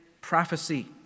prophecy